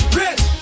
rich